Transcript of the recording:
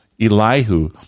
Elihu